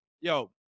yo